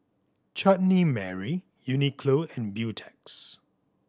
Chutney Mary Uniqlo and Beautex